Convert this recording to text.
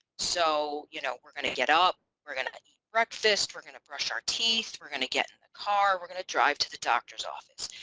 so you know we're gonna get up we're gonna eat breakfast we're gonna brush our teeth we're gonna get in a car we're gonna drive to the doctor's office.